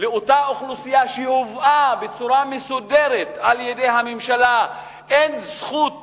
לאותה אוכלוסייה שהובאה בצורה מסודרת על-ידי הממשלה זכות